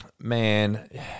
man